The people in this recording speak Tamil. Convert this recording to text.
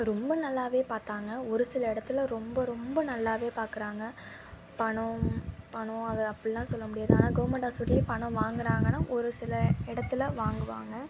ரொம்ப நல்லாவே பார்த்தாங்க ஒரு சில இடத்துல ரொம்ப ரொம்ப நல்லாவே பார்க்கறாங்க பணம் பணம் அதை அப்புடில்லாம் சொல்ல முடியாது ஆனால் கவர்மெண்ட் ஹாஸ்பிட்டல்ல பணம் வாங்கறாங்கன்னா ஒரு சில இடத்துல வாங்குவாங்க